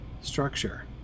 structure